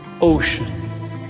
ocean